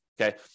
Okay